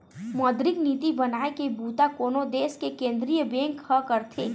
मौद्रिक नीति बनाए के बूता कोनो देस के केंद्रीय बेंक ह करथे